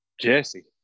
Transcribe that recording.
jesse